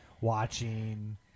watching